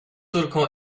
córką